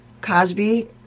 Cosby